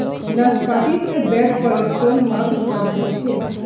नाश्पाती से bad cholesterol मात्र कम होचे